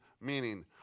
meaning